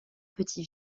petit